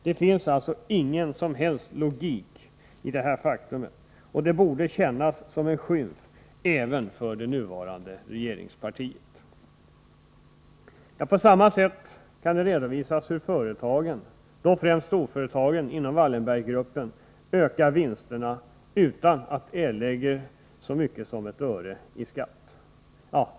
Det finns alltså ingen som helst logik i detta faktum, och det borde kännas som en skymf även för det nuvarande regeringspartiet. På samma sätt kan det redovisas hur företagen, då främst storföretagen inom Wallenberggruppen, ökar vinsterna utan att de erlägger så mycket som ett öre i skatt.